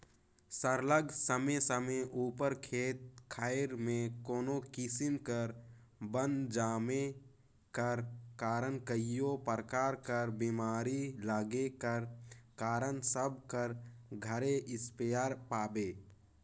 सरलग समे समे उपर खेत खाएर में कोनो किसिम कर बन जामे कर कारन कइयो परकार कर बेमारी लगे कर कारन सब कर घरे इस्पेयर पाबे